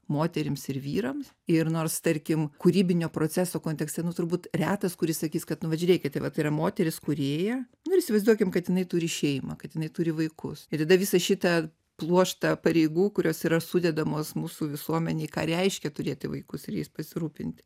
moterims ir vyrams ir nors tarkim kūrybinio proceso kontekste nu turbūt retas kuris sakys kad nu vat žiūrėkite yra moteris kūrėja nu ir įsivaizduokim kad jinai turi išėjimą kad jinai turi vaikus ir tada visą šitą pluoštą pareigų kurios yra sudedamos mūsų visuomenėj ką reiškia turėti vaikus ir jais pasirūpinti